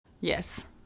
Yes